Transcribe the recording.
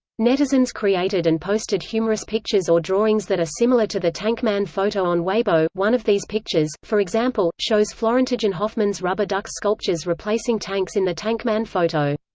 netizens created and posted humorous pictures or drawings that are similar to the tank man photo on weibo. one of these pictures, for example, shows florentijin hofman's rubber ducks sculptures replacing tanks in the tank man photo.